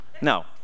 No